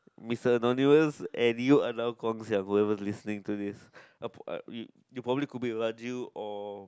Mister Anonymous and you allow Guang-Xiang whoever is listening to this a a you you probably could be Raju or